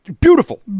Beautiful